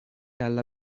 alla